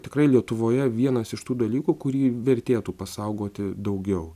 tikrai lietuvoje vienas iš tų dalykų kurį vertėtų pasaugoti daugiau